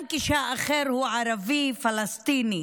גם כשהאחר הוא ערבי פלסטיני.